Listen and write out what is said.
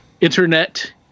internet